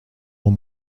dans